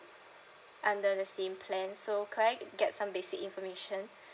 under the same plan so could I get some basic information